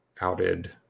outed